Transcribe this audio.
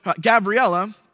Gabriella